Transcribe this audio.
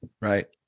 right